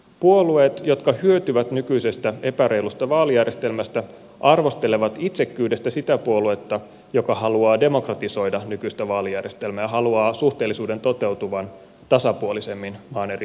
puolueet jotka hyötyvät nykyisestä epäreilusta vaalijärjestelmästä arvostelevat itsekkyydestä sitä puoluetta joka haluaa demokratisoida nykyistä vaalijärjestelmää ja haluaa suhteellisuuden toteutuvan tasapuolisemmin maan eri osissa